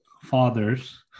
fathers